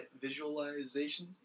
visualization